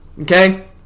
Okay